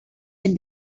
when